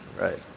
Right